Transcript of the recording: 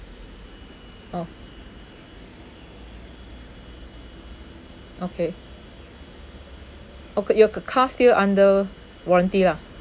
orh okay okay your ca~ car still under warranty lah